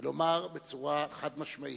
ולומר בצורה חד-משמעית: